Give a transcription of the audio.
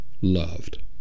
loved